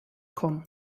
kommen